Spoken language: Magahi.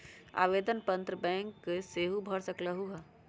आवेदन पत्र बैंक सेहु भर सकलु ह?